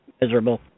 miserable